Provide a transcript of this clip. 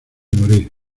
morir